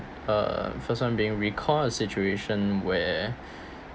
uh first [one] being recall a situation where